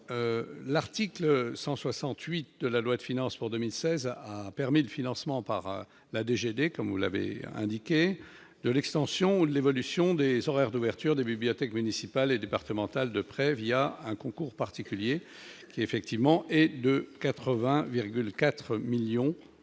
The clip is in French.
l'article 168 de la loi de finances pour 2016 a permis le financement par la DG comme vous l'avez indiqué de l'extension de l'évolution des horaires d'ouverture des bibliothèques municipales et départementales de près, via un concours particuliers qui effectivement est de 80,4 millions en